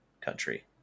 country